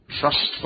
trustful